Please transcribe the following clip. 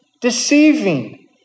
deceiving